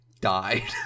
died